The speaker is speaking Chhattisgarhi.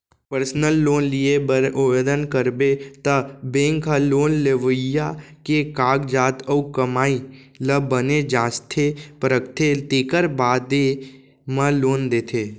पर्सनल लोन लिये बर ओवदन करबे त बेंक ह लोन लेवइया के कागजात अउ कमाई ल बने जांचथे परखथे तेकर बादे म लोन देथे